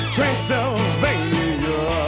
Transylvania